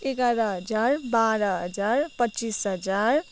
एघार हजार बाह्र हजार पच्चिस हजार